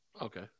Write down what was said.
Okay